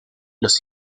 los